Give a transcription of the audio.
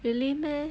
really meh